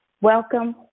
Welcome